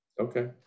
Okay